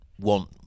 want